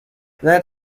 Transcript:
that